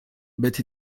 but